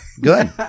Good